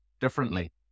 differently